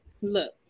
Look